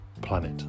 planet